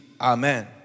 Amen